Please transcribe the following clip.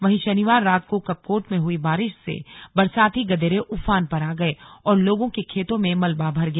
वहीं शनिवार रात को कपकोट में हुई बारिश से बरसाती गदेरे उफान पर आ गए और लोगों के खेतों में मलबा भर गया